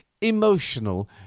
emotional